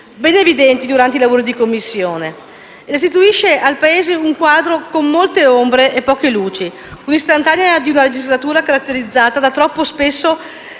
rese evidenti durante i lavori di Commissione, e restituisce al Paese un quadro con molte ombre e poche luci, una istantanea di una legislatura caratterizzata troppo spesso